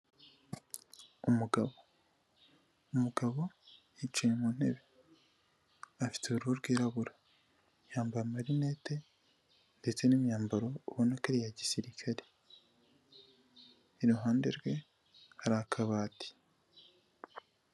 Umugabo, umugabo yicaye mu ntebe, afite uruhu rwirabura, yambaye amarinete ndetse n'imyambaro ubona ko ari iya gisirikare, iruhande rwe hari akabati.